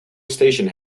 station